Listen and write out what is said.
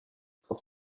quand